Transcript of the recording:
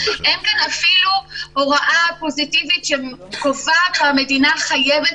אין כאן אפילו הוראה פוזיטיבית שקובעת שהמדינה חייבת